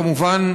כמובן,